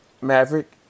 Maverick